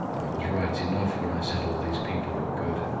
i was right enough when i said all these people were good.